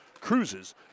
cruises